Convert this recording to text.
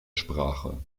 sprache